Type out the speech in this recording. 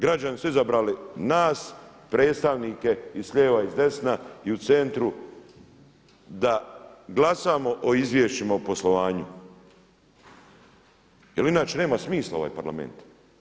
Građani su izabrali nas predstavnike i slijeva i s desna i u centru da glasamo o izvješćima o poslovanju jel inače nema smisla ovaj Parlament.